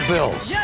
Bills